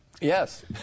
Yes